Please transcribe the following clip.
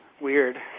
Weird